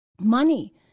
money